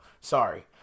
sorry